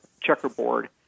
checkerboard